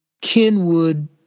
Kenwood